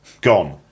gone